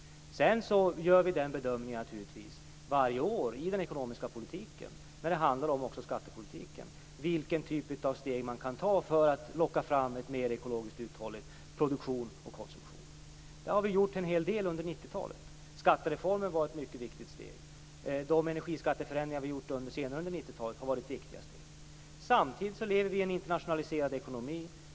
Varje år gör man naturligtvis en bedömning i den ekonomiska politiken, och i skattepolitiken, av vilken typ av steg man kan ta för att locka fram en mer ekologiskt uthållig produktion och konsumtion. En hel del har gjorts under 90-talet. Skattereformen var ett mycket viktigt steg. De energiskatteförändringar som gjorts senare under 90-talet har också varit viktiga steg. Samtidigt lever vi i en internationaliserad ekonomi.